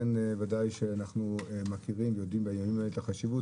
צריך להגיד שאנחנו מכירים את החשיבות